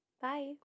Bye